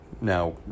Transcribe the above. now